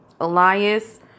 Elias